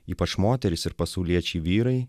ypač moterys ir pasauliečiai vyrai